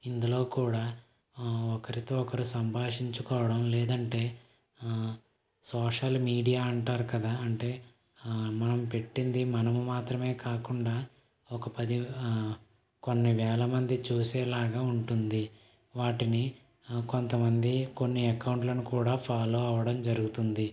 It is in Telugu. ఇందులో కూడా ఒకరితో ఒకరు సంభాషించుకోవడం లేదంటే సోషల్ మీడియా అంటారు కదా అంటే మనం పెట్టింది మనము మాత్రమే కాకుండా ఒక పది కొన్ని వేల మంది చూసేలాగా ఉంటుంది వాటిని కొంతమంది కొన్ని అకౌంట్లను కూడా ఫాలో అవ్వడం జరుగుతుంది